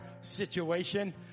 situation